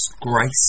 grace